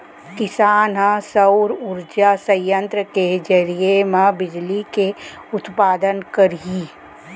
किसान ह सउर उरजा संयत्र के जरिए म बिजली के उत्पादन करही